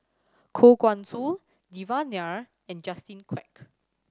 Koh Guan Song Devan Nair and Justin Quek